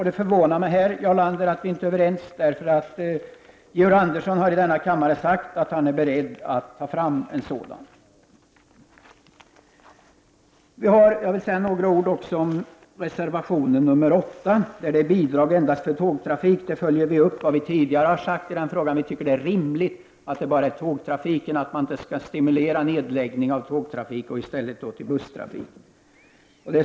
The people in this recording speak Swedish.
Det förvånar mig, Jarl Lander, att vi inte är överens, eftersom George Andersson här i denna kammare har sagt att han är beredd att ta fram en sådan. Jag vill även säga några ord om reservation nr 8, som gäller bidrag endast för tågtrafik. I denna reservation följer vi upp vad vi tidigare har sagt i frågan. Vi tycker att det är rimligt att det bara gäller tågtrafiken och att man inte skall stimulera nedläggning av tågtrafik och satsning på busstrafik.